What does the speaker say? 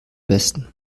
besten